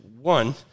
one